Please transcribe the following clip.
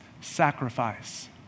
sacrifice